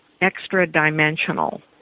extra-dimensional